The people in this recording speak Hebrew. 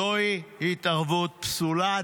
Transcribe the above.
זוהי התערבות פסולה.